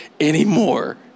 anymore